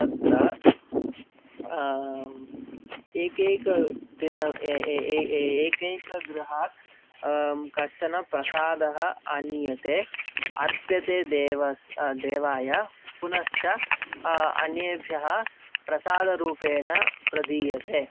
तत्र एकेकदिने एकैकगृहात् कश्चन प्रसादः आनीयते अर्प्यते देवस् देवाय पुनश्च अन्येभ्यः प्रसादरूपेण प्रदीयते